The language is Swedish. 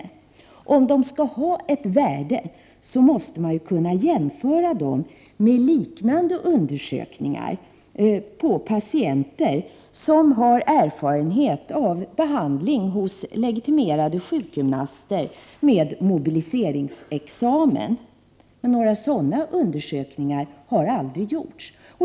För att uppgifterna skall ha ett värde måste man kunna jämföra dem med liknande undersökningar när det gäller patienter som har erfarenhet av behandling hos legitimerade sjukgymnaster med mobiliseringsexamen. Men några sådana undersökningar har aldrig gjorts.